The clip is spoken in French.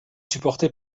supportée